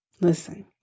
listen